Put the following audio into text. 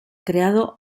creado